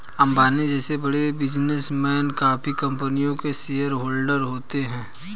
अंबानी जैसे बड़े बिजनेसमैन काफी कंपनियों के शेयरहोलडर होते हैं